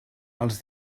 els